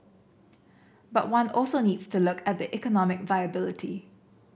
but one also needs to look at the economic viability